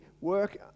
work